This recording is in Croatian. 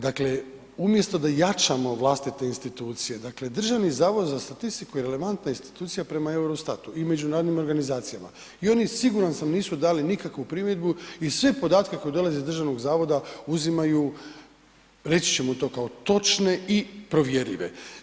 Dakle, umjesto da jačamo vlastite institucije, dakle Državni zavod za statistiku je relevantna institucija prema Eurostat-u i međunarodnim organizacijama i on je siguran sam nisu dali nikakvu primjedbu i sve podatke koji dolaze iz državnog zavoda uzimaju reći ćemo to kao točne i provjerljive.